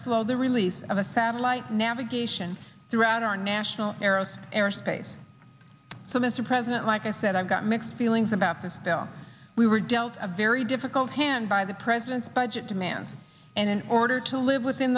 slow the release of a satellite navigation throughout our national heroes air space so mr president like i said i've got mixed feelings about this bill we were dealt a very difficult hand by the president's budget demands and in order to live within